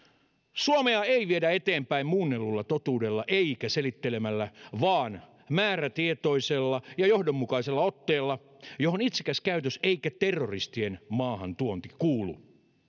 suomea ei viedä eteenpäin muunnellulla totuudella eikä selittelemällä vaan määrätietoisella ja johdonmukaisella otteella johon ei itsekäs käytös eikä terroristien maahan tuonti kuulu